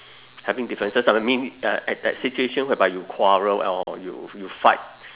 having differences ah I mean at that situation whereby you quarrel or you you fight